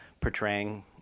portraying